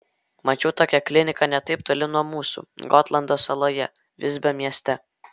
mačiau tokią kliniką ne taip toli nuo mūsų gotlando saloje visbio mieste